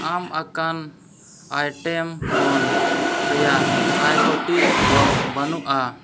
ᱮᱢ ᱟᱠᱟᱱ ᱟᱭᱴᱮᱢ ᱠᱷᱚᱱ ᱨᱮᱭᱟᱜ ᱠᱚᱭᱮᱠᱴᱤ ᱵᱚᱠᱥ ᱵᱟᱹᱱᱩᱜᱼᱟ